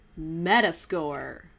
metascore